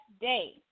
day